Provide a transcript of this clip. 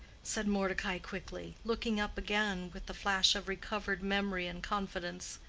said mordecai, quickly, looking up again with the flash of recovered memory and confidence.